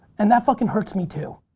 and that fucking hurts me too.